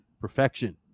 perfection